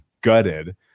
gutted